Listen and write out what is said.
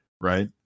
right